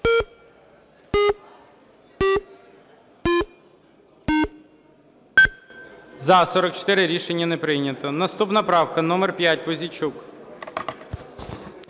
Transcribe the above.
За-44 Рішення не прийнято. Наступна правка номер 5, Пузійчук.